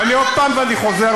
ואני שוב חוזר ואומר: